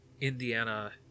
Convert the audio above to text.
Indiana